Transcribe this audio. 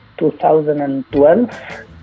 2012